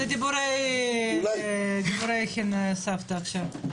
אלה דיבורי סבתא עכשיו.